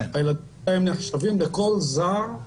הילדים נחשבים --- זר,